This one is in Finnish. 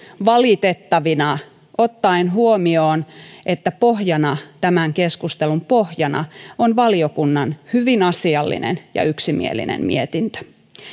valitettavina ottaen huomioon että pohjana tämän keskustelun pohjana on valiokunnan hyvin asiallinen ja yksimielinen mietintö